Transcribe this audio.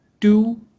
two